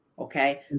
Okay